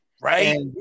Right